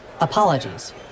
Apologies